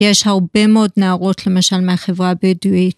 יש הרבה מאוד נערות למשל מהחברה הבדואית.